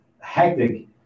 hectic